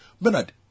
Bernard